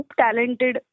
talented